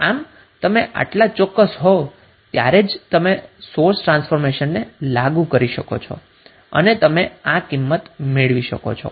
આમ તમે આટલા ચોક્કસ હોવ ત્યારે જ તમે સોર્સ ટ્રાન્સફોર્મેશનને લાગુ કરી શકો છો અને તમે આ કિંમત મેળવી શકો છો